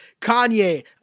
Kanye